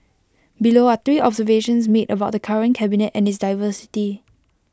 below are three observations made about the current cabinet and its diversity